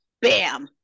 bam